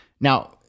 now